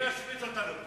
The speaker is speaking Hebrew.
אתה תפסיק להשמיץ אותנו פה.